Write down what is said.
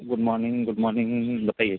good morning good morning बताइए